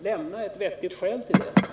Ange ett vettigt skäl på den punkten!